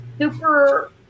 super